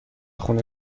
خون